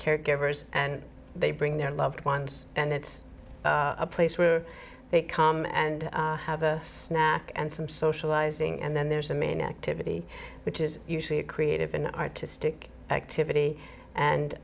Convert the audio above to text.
caregivers and they bring their loved ones and it's a place where they come and have a snack and some socializing and then there's the main activity which is usually a creative an artistic activity and